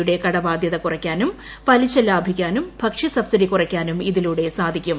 യുടെ കടബാധ്യത കുറയ്ക്കാനും പലിശ ലാഭിക്കാനും ഭക്ഷൃസബ്സിഡി കുറയ്ക്കാനും ഇതിലൂടെ സാധിക്കും